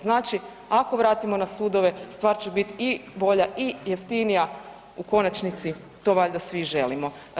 Znači ako vratimo na sudove stvar će bit i bolja i jeftinija, u konačnici to valjda svi želimo.